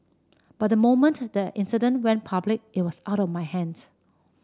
but the moment the incident went public it was out of my hands